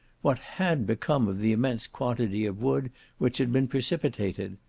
what had become of the immense quantity of wood which had been precipitated?